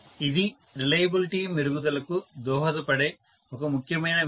ఇది రిలయబిలిటీ మెరుగుదలకు దోహదపడే ఒక ముఖ్యమైన విషయం